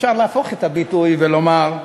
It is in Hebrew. אפשר להפוך את הביטוי ולומר: